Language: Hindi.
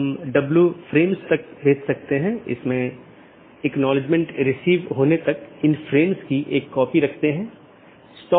इसका मतलब है कि कौन से पोर्ट और या नेटवर्क का कौन सा डोमेन आप इस्तेमाल कर सकते हैं